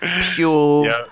pure